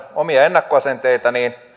omia ennakkoasenteita niin